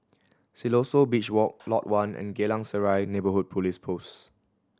Siloso Beach Walk Lot One and Geylang Serai Neighbourhood Police Post